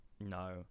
No